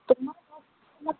তোমার